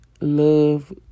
love